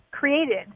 created